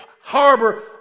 harbor